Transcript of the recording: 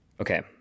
Okay